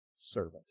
servant